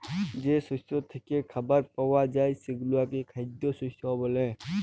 যে শস্য থ্যাইকে খাবার পাউয়া যায় সেগলাকে খাইদ্য শস্য ব্যলে